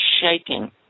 shaking